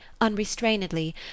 unrestrainedly